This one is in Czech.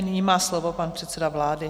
Nyní má slovo pan předseda vlády.